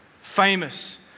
Famous